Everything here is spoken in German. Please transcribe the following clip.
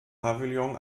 pavillon